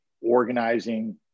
organizing